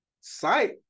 Sight